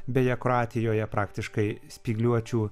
beje kroatijoje praktiškai spygliuočių